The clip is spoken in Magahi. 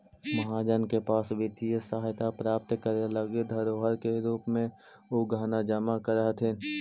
महाजन के पास वित्तीय सहायता प्राप्त करे लगी धरोहर के रूप में उ गहना जमा करऽ हथि